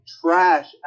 trash